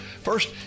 First